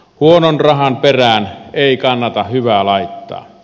huonon rahan perään ei kannata hyvää laittaa